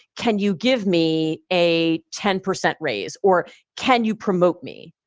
can you give me a ten percent raise or can you promote me?